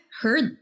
heard